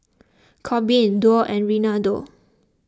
Corbin Dorr and Reinaldo